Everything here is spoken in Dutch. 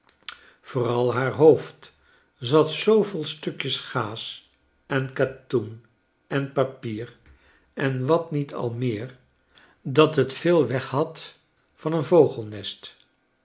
vooral haar hoofd zat zoo vol stukjes gaas en katoen en papier en wat niet al meer dat het veel weghad van een vogelnest